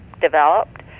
developed